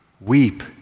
weep